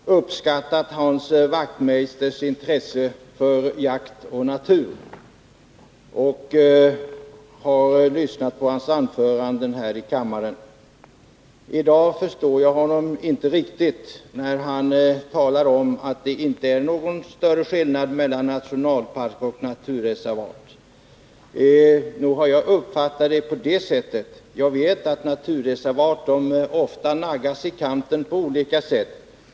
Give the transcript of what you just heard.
Fru talman! Jag har länge uppskattat Hans Wachtmeisters intresse för jakt och natur och har lyssnat till hans anföranden här i kammaren. I dag förstår jag honom inte riktigt när han talar om att det inte är någon större skillnad mellan nationalpark och naturreservat. Nog har jag uppfattat det på det sättet att det finns en viss skillnad. Jag vet att naturreservat ofta naggas i kanten på olika sätt.